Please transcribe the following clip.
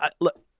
look